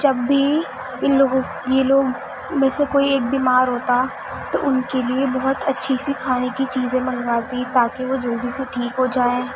جب بھی ان لوگوں یہ لوگ میں سے کوئی ایک بیمار ہوتا تو ان کے لیے بہت اچھی سی کھانے کی چیزیں منگواتی تاکہ وہ جلدی سے ٹھیک ہو جائیں